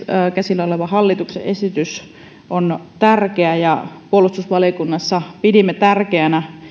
käsillä oleva hallituksen esitys on tärkeä ja puolustusvaliokunnassa pidimme